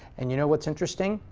and you know what's interesting?